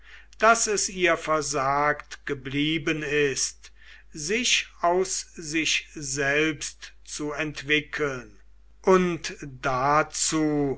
daß es ihr versagt geblieben ist sich aus sich selbst zu entwickeln und dazu